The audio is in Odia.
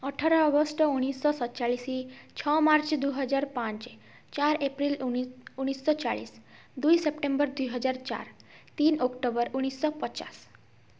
ଅଠର ଅଗଷ୍ଟ ଉନେଇଶି ଶହ ସତଚାଳିଶି ଛଅ ମାର୍ଚ୍ଚ ଦୁଇ ହଜାର ପାଞ୍ଚ ଚାରି ଏପ୍ରିଲ ଉନେଇଶି ଶହ ଚାଳିଶି ଦୁଇ ସେପ୍ଟେମ୍ବର ଦୁଇ ହଜାର ଚାରି ତିନି ଅକ୍ଟୋବର ଉନେଇଶି ଶହ ପଚାଶ